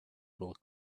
will